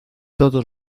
todos